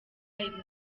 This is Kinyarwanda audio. ibihumbi